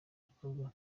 gukorwa